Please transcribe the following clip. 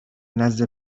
نزد